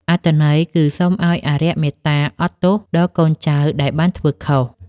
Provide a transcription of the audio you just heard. អត្ថន័យគឺសុំឱ្យអារក្សមេត្តាអត់ទោសដល់កូនចៅដែលបានធ្វើខុស។